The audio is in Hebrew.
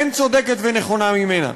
אין צודקת ונכונה ממנה.